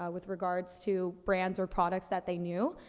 ah with regards to brands or products that they knew,